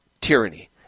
tyranny